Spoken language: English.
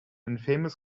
infamous